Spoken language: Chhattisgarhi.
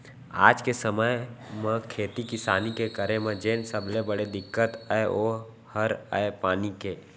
आज के समे म खेती किसानी के करे म जेन सबले बड़े दिक्कत अय ओ हर अय पानी के